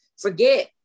forget